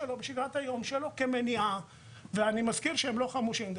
ואני מזכיר שהשומרים האלה לא חמושים.